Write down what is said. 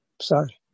Sorry